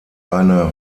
eine